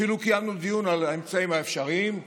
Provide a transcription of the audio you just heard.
אפילו קיימנו דיון על האמצעים האפשריים,